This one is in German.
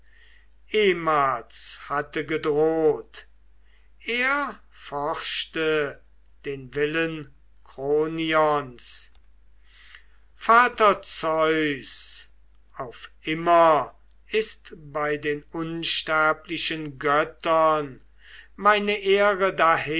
ehemals hatte gedroht er forschte den willen kronions vater zeus auf immer ist bei den unsterblichen göttern meine ehre